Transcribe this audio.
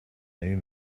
new